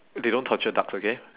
they don't torture ducks okay